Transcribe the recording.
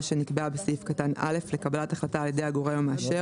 שנקבעה בסעיף קטן (א) לקבלת החלטה על ידי הגורם המאשר,